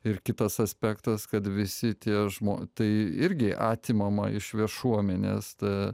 ir kitas aspektas kad visi tie žmo tai irgi atimama iš viešuomenės ta